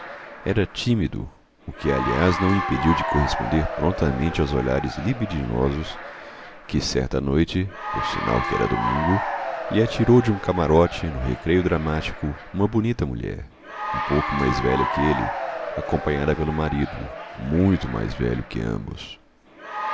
era tímido o que aliás não o impediu de corresponder prontamente aos olhares libidinosos que certa noite por sinal que era domingo lhe atirou de um camarote no recreio dramático uma bonita mulher um pouco mais velha que ele acompanhada pelo marido muito mais velho que ambos